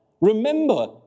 Remember